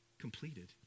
completed